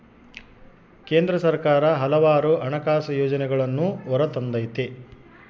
ಕೇಂದ್ರ ಸರ್ಕಾರ ಹಲವಾರು ಹಣಕಾಸು ಯೋಜನೆಗಳನ್ನೂ ಹೊರತಂದತೆ